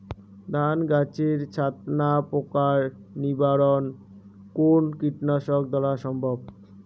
ধান গাছের ছাতনা পোকার নিবারণ কোন কীটনাশক দ্বারা সম্ভব?